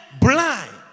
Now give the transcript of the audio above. blind